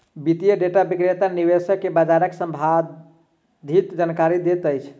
वित्तीय डेटा विक्रेता निवेशक के बजारक सम्भंधित जानकारी दैत अछि